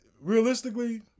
realistically